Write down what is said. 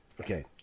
Okay